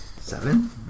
Seven